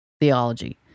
theology